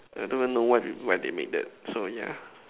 I don't even know why why they make that so yeah